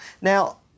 Now